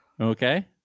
Okay